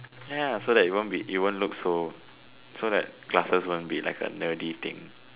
ya so that you won't be so you won't look so so glasses won't be like a nerdy thing